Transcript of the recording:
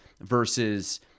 versus –